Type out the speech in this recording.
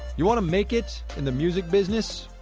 you wanna make it in the music business?